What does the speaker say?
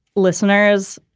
listeners,